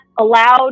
allowed